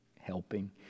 helping